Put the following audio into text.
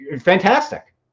fantastic